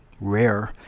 rare